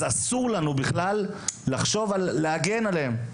אז אסור לנו בכלל לחשוב על להגן עליהם,